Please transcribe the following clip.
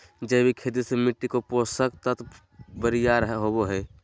जैविक खेती से मिट्टी के पोषक तत्व बरियार होवो हय